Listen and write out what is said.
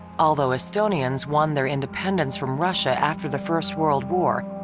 although estonians won their independence from russia after the first world war,